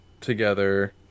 Together